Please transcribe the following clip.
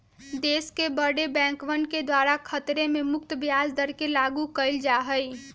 देश के बडे बैंकवन के द्वारा खतरे से मुक्त ब्याज दर के लागू कइल जा हई